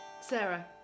Sarah